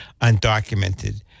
undocumented